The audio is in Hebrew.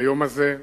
ביום הזה.